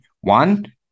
One